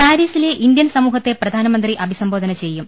പാരീസിലെ ഇന്ത്യൻ സമൂഹത്തെ പ്രധാനമന്ത്രി അഭിസംബോധന ചെയ്യും